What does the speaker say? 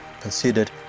considered